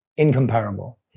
Incomparable